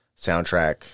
soundtrack